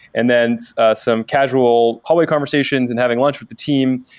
and then some casual public conversations and having lunch with the team.